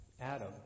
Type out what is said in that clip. Adam